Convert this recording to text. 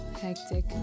hectic